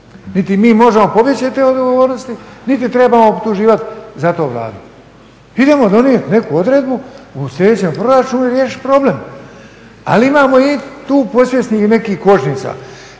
Niti mi možemo pobjeći od odgovornosti niti trebamo optuživati za to Vladu. Idemo donijeti neku odredbu u sljedećem proračunu i riješiti problem. Ali imamo i tu podsvjesnih nekih kočnica.